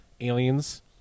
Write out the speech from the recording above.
Aliens